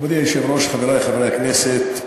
מכובדי היושב-ראש, חברי חברי הכנסת,